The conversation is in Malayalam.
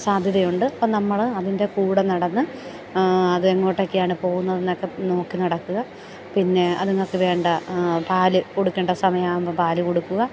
സാധ്യതയുണ്ട് അപ്പം നമ്മൾ അതിൻ്റെ കൂടെ നടന്നു അത് എങ്ങോട്ടൊക്കെ ആണ് പോകുന്നത് എന്നൊക്ക നോക്കി നടക്കുക പിന്നെ അതുങ്ങൾക്ക് വേണ്ട പാൽ കൊടുക്കേണ്ട സമയാവുമ്പം പാൽ കൊടുക്കുക